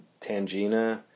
Tangina